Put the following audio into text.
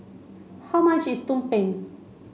how much is Tumpeng